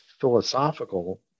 philosophical